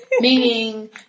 meaning